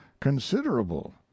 considerable